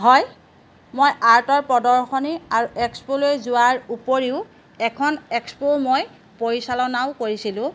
হয় মই আৰ্টৰ প্ৰদৰ্শনী আৰু এক্সপ'লৈ যোৱাৰ উপৰিও এখন এক্সপ' মই পৰিচালনাও কৰিছিলোঁ